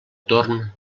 torn